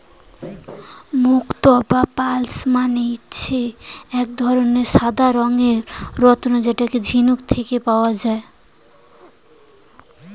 মুক্তো বা পার্লস মানে হচ্ছে এক ধরনের সাদা রঙের রত্ন যেটা ঝিনুক থেকে পাওয়া যায়